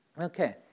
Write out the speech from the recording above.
Okay